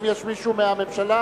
האם יש מישהו מהממשלה,